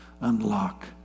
unlock